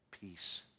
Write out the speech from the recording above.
peace